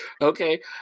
Okay